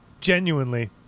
genuinely